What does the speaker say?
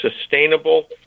sustainable